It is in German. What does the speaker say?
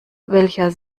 welcher